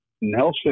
Nelson